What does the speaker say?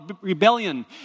rebellion